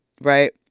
right